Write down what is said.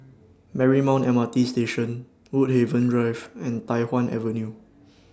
Marymount M R T Station Woodhaven Drive and Tai Hwan Avenue